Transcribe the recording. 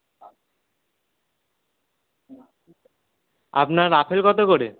আপনার আপেল কতো করে